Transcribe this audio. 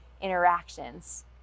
interactions